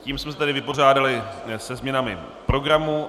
Tím jsme se tedy vypořádali se změnami programu.